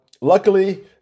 luckily